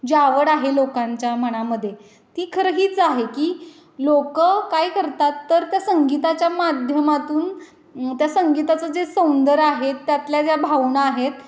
जी आवड आहे लोकांच्या मनामध्ये ती खरं हीच आहे की लोकं काय करतात तर त्या संगीताच्या माध्यमातून त्या संगीताचं जे सौंदर्य आहेत त्यातल्या ज्या भावना आहेत